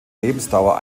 lebensdauer